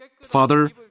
Father